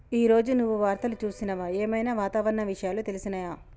ఈ రోజు నువ్వు వార్తలు చూసినవా? ఏం ఐనా వాతావరణ విషయాలు తెలిసినయా?